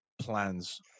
plans